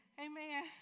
Amen